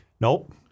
Nope